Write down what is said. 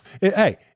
Hey